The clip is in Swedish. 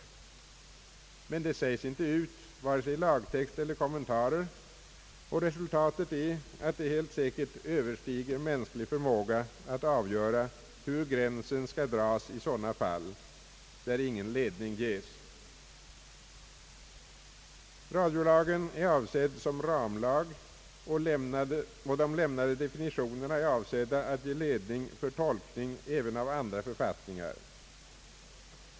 Detta sägs emellertid inte ut vare sig i lagtext eller kommentarer, och resultatet är att det helt säkert överstiger mänsklig förmåga att avgöra, hur gränsen skall dras i sådana fall där ingen direkt ledning ges. Radiolagen är avsedd som ramlag, och de lämnade definitionerna är avsedda att ge ledning för tolkning även av andra författningar.